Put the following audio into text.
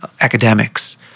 academics